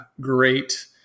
great